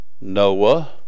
Noah